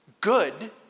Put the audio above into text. Good